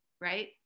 right